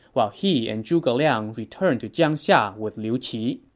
while he and zhuge liang returned to jiangxia with liu qi